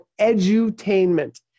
edutainment